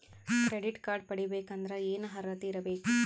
Credit card ಪಡಿಬೇಕಂದರ ಏನ ಅರ್ಹತಿ ಇರಬೇಕು?